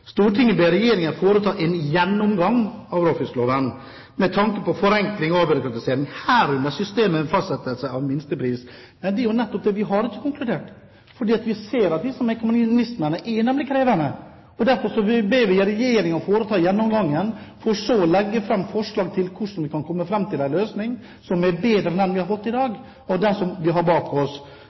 ber regjeringen foreta en gjennomgang av råfiskloven med tanke på forenkling og avbyråkratisering, herunder systemet med fastsettelse av minstepriser.» Det er jo nettopp det: Vi har ikke konkludert, for vi ser at disse mekanismene er krevende. Derfor ber vi Regjeringen foreta en gjennomgang for så å legge fram forslag til hvordan vi kan komme fram til en løsning som er bedre enn den vi har i dag, og den som vi har bak oss.